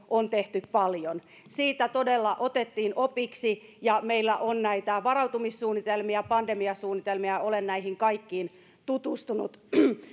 on tehty paljon siitä todella otettiin opiksi ja meillä on näitä varautumissuunnitelmia pandemiasuunnitelmia ja olen näihin kaikkiin tutustunut